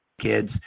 kids